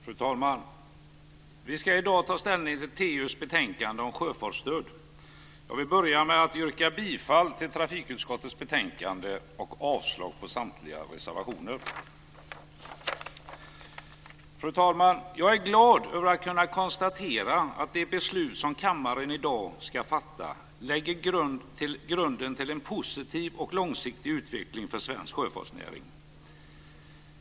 Fru talman! Vi ska i dag ta ställning till TU:s betänkande om sjöfartsstöd. Jag vill börja med att yrka bifall till trafikutskottets förslag och avslag på samtliga reservationer. Fru talman! Jag är glad över att kunna konstatera att det beslut som kammaren i dag ska fatta lägger grunden till en positiv och långsiktig utveckling för svensk sjöfartsnäring.